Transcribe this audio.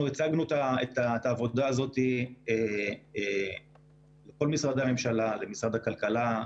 אנחנו הצגנו את העבודה הזו בכל משרדי הממשלה למשרד הכלכלה,